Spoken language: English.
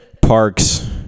Parks